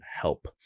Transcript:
help